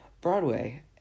Broadway